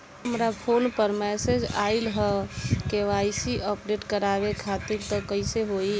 हमरा फोन पर मैसेज आइलह के.वाइ.सी अपडेट करवावे खातिर त कइसे होई?